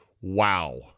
Wow